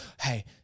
Hey